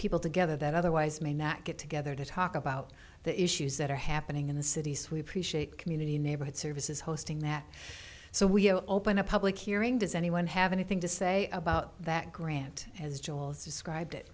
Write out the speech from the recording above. people together that otherwise may not get together to talk about the issues that are happening in the cities we appreciate community neighborhood services hosting that so we you know open a public hearing does anyone have anything to say about that grant as joel's described it